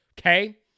okay